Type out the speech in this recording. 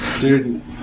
dude